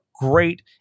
great